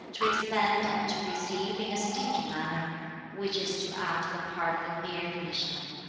to expend and to receive in a stingy manner which is to act the part of a mere commissioner.